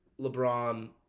LeBron